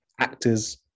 actors